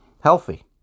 Healthy